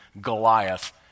Goliath